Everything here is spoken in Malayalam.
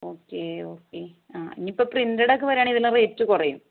ഓക്കെ ഓക്കെ ആ ഇനിയിപ്പോൾ പ്രിൻറഡ് ഒക്കെ വരുവാണെങ്കിൽ ഇതിന് റേറ്റ് കുറയും